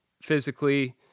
physically